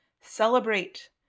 celebrate